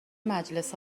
مجلس